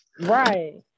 Right